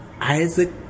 Isaac